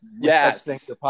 Yes